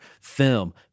film